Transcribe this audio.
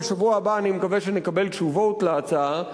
בשבוע הבא אני מקווה שנקבל תשובות על ההצעה,